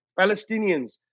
Palestinians